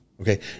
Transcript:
Okay